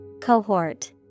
Cohort